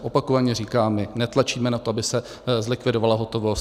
Opakovaně říkám, my netlačíme na to, aby se zlikvidovala hotovost.